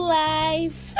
life